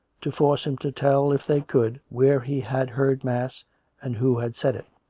to force him to tell, if they could, where he had heard mass and who had said it.